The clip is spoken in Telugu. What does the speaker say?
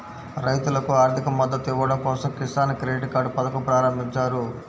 రైతులకు ఆర్థిక మద్దతు ఇవ్వడం కోసం కిసాన్ క్రెడిట్ కార్డ్ పథకం ప్రారంభించారు